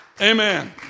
Amen